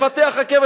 לפתח רכבת.